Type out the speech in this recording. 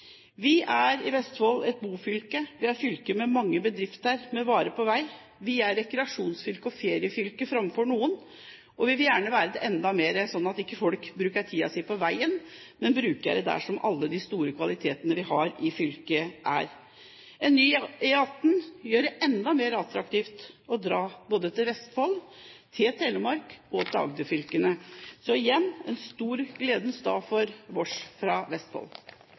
vi veldig glad for. Vestfold er et bofylke, det er et fylke med mange bedrifter med varer på vei, det er et rekreasjonsfylke og et feriefylke framfor noe, og vi vil gjerne at det skal være det enda mer, slik at ikke folk bruker tiden sin på veien, men bruker den på alle de store kvalitetene vi har i fylket. En ny E18 gjør det enda mer attraktivt å dra både til Vestfold, til Telemark og til Agder-fylkene. Så igjen: Dette er en stor gledens dag for oss fra Vestfold.